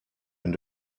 and